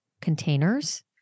containers